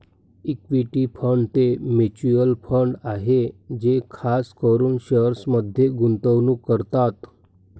equity fund ते mutual fund आहे जे खास करून शेअर्समध्ये गुंतवणूक करतात